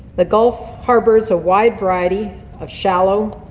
the gulf harbours a wide variety of shallow,